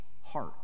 heart